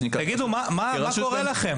כרשות ממשלתית --- תגידו, מה קורה לכם?